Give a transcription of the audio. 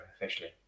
officially